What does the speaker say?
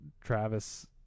Travis